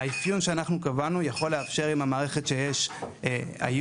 האפיון שאנחנו קבענו יכול לאפשר עם המערכת שיש היום,